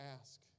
ask